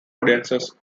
audiences